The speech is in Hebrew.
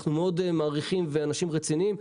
אנחנו מאוד מעריכים והם אנשים רציניים,